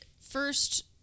first